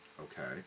Okay